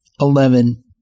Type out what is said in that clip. Eleven